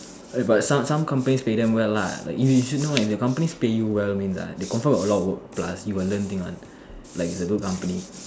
but some some companies pay them well lah like you you should know one if the companies pay you well means ah they confirm got a lot of work plus you will learn thing one like it's a good company